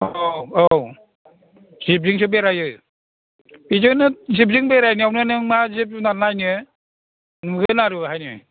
औ औ जिपजोंसो बेरायो बेजोंनो जिपजों बेरायनायावनो नों मा जिब जुनार नायनो नुगोन आरो बेवहायनो